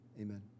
amen